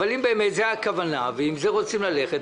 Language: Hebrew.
באמת זאת הכוונה, אם על זה רוצים ללכת,